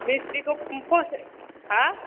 मिस्थिखौ हो